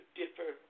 differ